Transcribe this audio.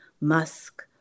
musk